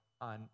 on